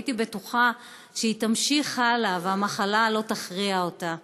הייתי בטוחה שהיא תמשיך הלאה והמחלה לא תכריע אותה.